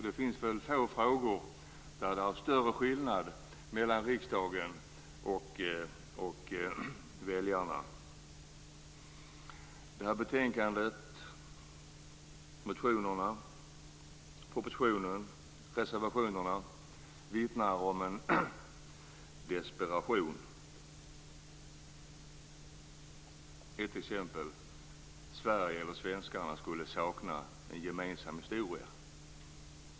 Det är få frågor där skillnaden är större mellan riksdagen och väljarna. Det här betänkandet, motionerna, propositionen och reservationerna vittnar om en desperation. Ett exempel är att svenskarna skulle sakna en gemensam historia.